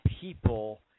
people